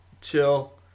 chill